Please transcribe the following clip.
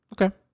Okay